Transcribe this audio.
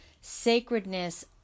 sacredness